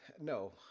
No